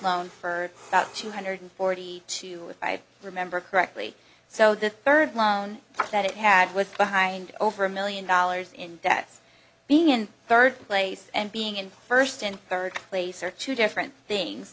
loan for about two hundred forty two if i remember correctly so the third loan that it had with behind over a million dollars in debts being in third place and being in first and third place are two different things